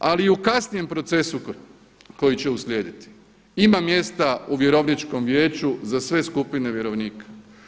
Ali i u kasnijem procesu koji će uslijediti ima mjesta u vjerovničkom vijeću za sve skupine vjerovnika.